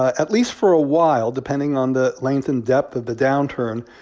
at least for a while, depending on the length and depth of the downturn,